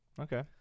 Okay